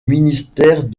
ministère